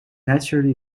naturally